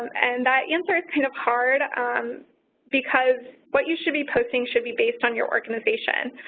and that answer is kind of hard because what you should be posting should be based on your organization.